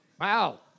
Wow